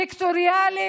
סקטוריאלית,